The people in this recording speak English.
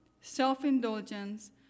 self-indulgence